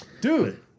Dude